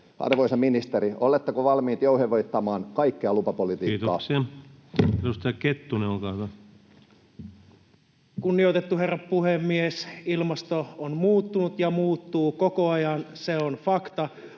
Arvoisa ministeri, oletteko valmiit jouhevoittamaan kaikkea lupapolitiikkaa? Kiitoksia. — Edustaja Kettunen, olkaa hyvä. Kunnioitettu herra puhemies! Ilmasto on muuttunut ja muuttuu koko ajan. Se on fakta.